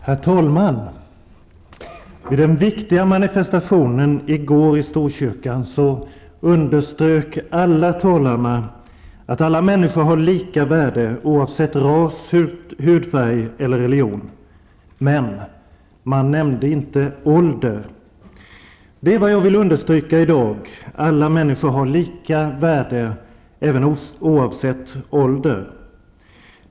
Herr talman! Vid den viktiga manifestationen i går i Storkyrkan underströk alla talarna att alla människor har lika värde, oavsett ras, hudfärg eller religion -- men man nämnde inte ålder. Det är vad jag vill understryka i dag: Alla människor har lika värde, även oavsett ålder.